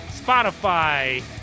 Spotify